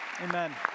Amen